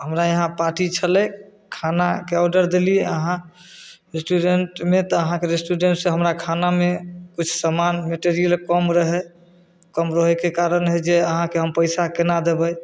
हमरा यहाँ पार्टी छलै खानाके ऑर्डर देलियै अहाँ रेस्टूरेंटमे तऽ अहाँके रेस्टूरेंट से हमरा खानामे किछु समान मटेरियल कम रहै कम रहैके कारण है जे अहाँके हम पैसा केना देबै